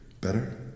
better